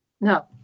No